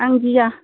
आं गिया